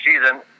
season